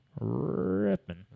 Ripping